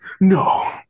No